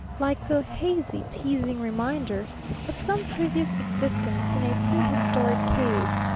like the hazy, teasing reminder of some previous existence in a prehistoric cave,